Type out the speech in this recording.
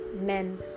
men